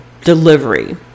delivery